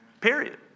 Period